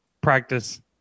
practice